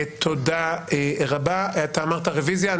אתה אמרת רוויזיה.